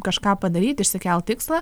kažką padaryt išsikelt tikslą